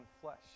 flesh